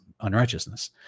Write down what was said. unrighteousness